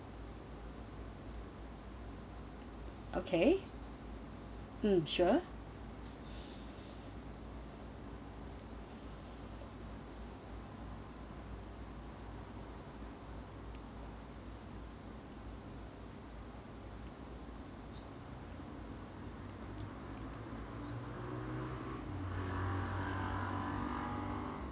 okay mm sure